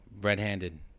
red-handed